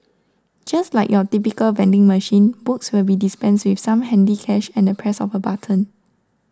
just like your typical vending machine books will be dispensed with some handy cash and the press of button